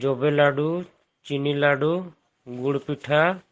ᱡᱚᱵᱮ ᱞᱟᱹᱰᱩ ᱪᱤᱱᱤ ᱞᱟᱹᱰᱩ ᱜᱩᱲ ᱯᱤᱴᱷᱟᱹ